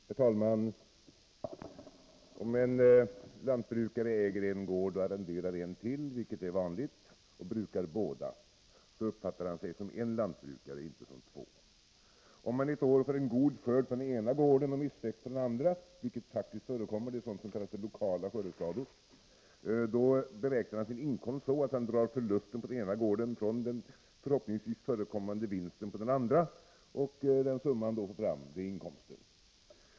Herr talman! Om en lantbrukare äger en gård och arrenderar en till samt brukar båda, vilket är vanligt, då uppfattar han sig som en lantbrukare — inte som två. Om han ett år får en god skörd på den ena gården och missväxt på den andra, vilket faktiskt förekommer — det är sådant som kallas lokala skördeskador — då beräknar han sin inkomst så att han drar förlusten på den ena gården från den förhoppningsvis förekommande vinsten på den andra, och den summa som han får fram är inkomsten.